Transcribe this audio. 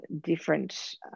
different